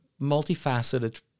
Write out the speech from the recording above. multifaceted